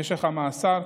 משך המאסר,